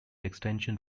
extension